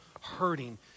hurting